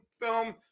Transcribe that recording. film